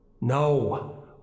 No